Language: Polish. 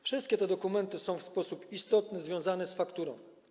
Wszystkie te dokumenty są w sposób istotny związane z fakturą.